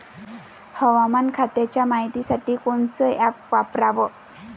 हवामान खात्याच्या मायतीसाठी कोनचं ॲप वापराव?